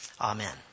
Amen